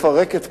לפרק את קדימה,